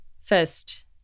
First